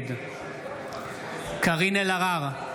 נגד קארין אלהרר,